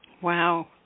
Wow